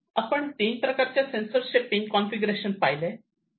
आपण तीन प्रकारच्या सेन्सर्सचे पिन कॉन्फिगरेशन पाहिले